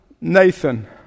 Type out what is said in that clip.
Nathan